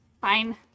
Fine